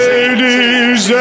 Ladies